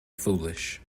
foolish